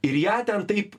ir ją ten taip